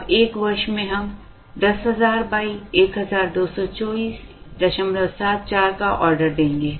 अब एक वर्ष में हम 10000 122474 का ऑर्डर देंगे